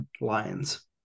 Lions